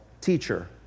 teacher